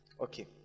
Okay